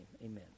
amen